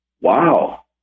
Wow